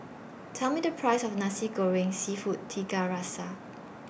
Tell Me The Price of Nasi Goreng Seafood Tiga Rasa